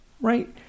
Right